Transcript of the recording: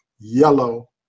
yellow